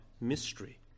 mystery